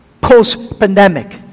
post-pandemic